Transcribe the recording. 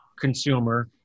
consumer